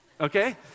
Okay